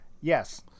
yes